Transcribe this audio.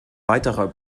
weiterer